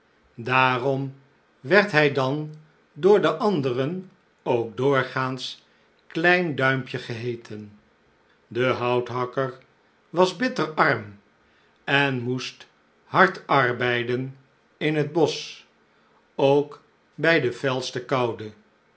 daarom werd hij dan door de anderen ook doorgaans k l e i n d u i m p j e geheeten de houthakker was bitter arm en moest hard arbeiden in t bosch ook bij de felste koude